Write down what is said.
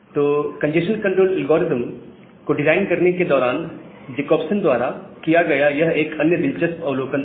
तो congestion control algorithm को design करने के दौरान जकोब्सन द्वारा किया गया यह एक अन्य दिलचस्प अवलोकन था